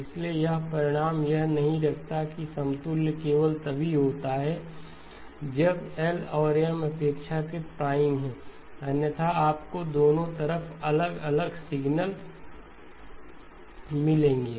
इसलिए यह परिणाम यह नहीं रखता है कि समतुल्य केवल तभी होता है जब L और M अपेक्षाकृत प्राइम हों अन्यथा आपको दोनों तरफ अलग अलग सिग्नल मिलेंगे